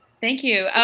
thank you.